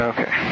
Okay